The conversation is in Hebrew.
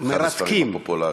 הספרים הפופולריים.